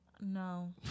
no